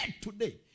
today